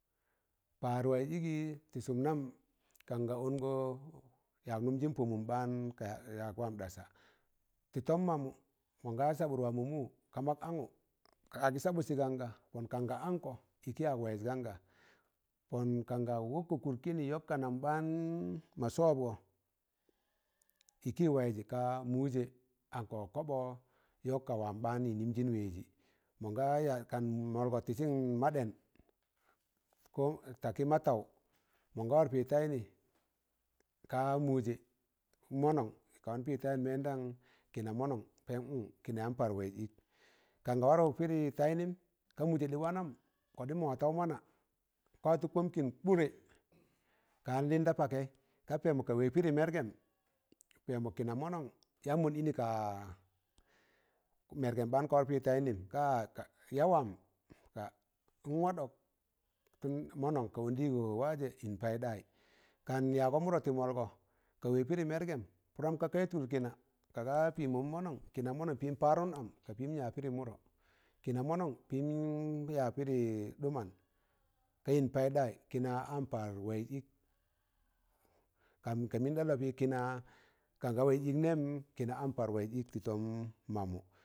Paar waiz igi ti sụm nam kanga ọngọ, yaag nụmjịn pọ mụm ɓaan ka yak wam ɗasa. tị tọm mamụ mọn ga sabụt wa mọ muu ka mọk angu, ka agị sabụtsị gan ga pọn kanga ankọ ịkị wayak waịzi gan ga, pọn kan ga wọkkọ kụd kịnị yọk ka nam ɓaan ma sọọb gọ, ịkị waịzị ka mụjẹ anko kobo yọk ka wam ɓaan yị yịmjịm wẹẹjị mọnga yaz kan mọlgọ tịsịn ma ɗen, ko takị ma taụ mọnga war pịrị taynị, ka mụjẹ mọ nọn ka wan pịrị tayịn mẹn dan kịna mọnonm, pẹm un, kịna yaan paar waịz ịk kanga warụk pịrị tayịnịn ka mụjẹ ɗị wanam kọɗịnmọ wataụ mana ka watu kọm kịn kụrẹ kayan lịn da pakaị ka pẹmọ ka wẹg pịrị mergem pem kina monong, yan mon ini ga mergem baan ka wokko piri tayin nim ka, ya wam a nwaɗok, mọnọn ka ọndịgọ wajẹ yịn paịɗayị kan yago mụrọ tị mọlgọ ka wẹg pịrị mẹrgẹm pụram ka kaị tụl kịna kaga pịmọ nmọnọn kịna mọnọn pịm parụm am kapịn ya pịrị mụrọ kịna mọnọm pịn ya pịrị ɗụman kayịn paịɗayị kịna an paar waịz ịk kanka mịn da lọbị kịna kanga waịz ịk nẹm kịna an paar waịz ik ti tọm mamụ